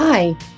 Hi